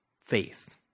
faith